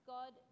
God